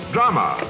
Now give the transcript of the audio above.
Drama